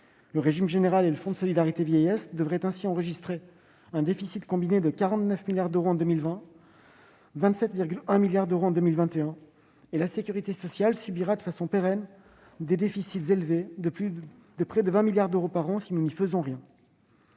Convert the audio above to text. Le régime général et le Fonds de solidarité vieillesse devraient ainsi enregistrer un déficit combiné de 49 milliards d'euros en 2020 et de 27,1 milliards d'euros en 2021 ; la sécurité sociale subira de façon pérenne des déficits élevés, de près de 20 milliards d'euros par an, si nous n'y faisons rien.